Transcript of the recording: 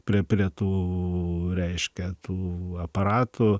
prie prie tų reiškia tų aparatų